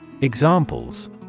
Examples